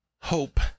hope